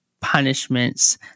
punishments